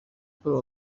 paul